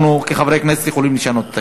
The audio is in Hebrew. אנחנו, כחברי כנסת, יכולים לשנות את התקנון.